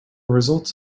results